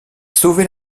sauvé